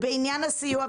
בעניין הסיוע,